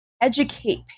educate